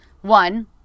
One